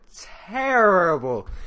terrible